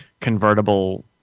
convertible